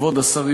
כבוד השרים,